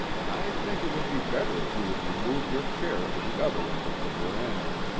i think it would be better if you would remove your chair to the other end of the veranda.